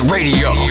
Radio